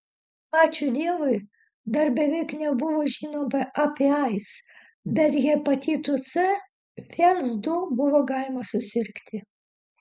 ačiū dievui dar beveik nebuvo žinoma apie aids bet hepatitu c viens du buvo galima susirgti